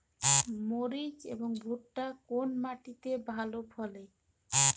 মরিচ এবং ভুট্টা কোন মাটি তে ভালো ফলে?